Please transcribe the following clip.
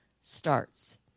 starts